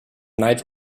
knight